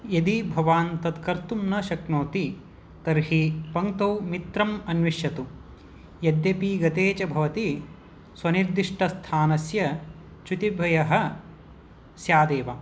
यदि भवान् तत् कर्तुं न शक्नोति तर्हि पङ्क्तौ मित्रम् अन्विषतु यद्यपि गते च भवति स्वनिर्दिष्टस्थानस्य च्युतिभयः स्यादेव